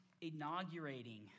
inaugurating